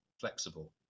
flexible